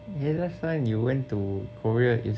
eh last time you went to korea is